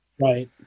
Right